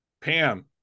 pam